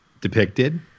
depicted